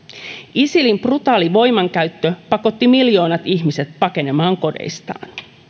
isilin brutaali voimankäyttö pakotti miljoonat ihmiset pakenemaan kodeistaan